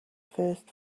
first